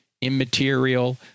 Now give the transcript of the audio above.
immaterial